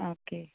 okay